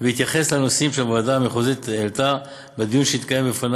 והתייחס לנושאים שהוועדה המחוזית העלתה בדיון שהתקיים בפניו